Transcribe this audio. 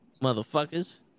motherfuckers